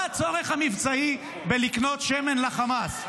מה הצורך המבצעי בלקנות שמן לחמאס?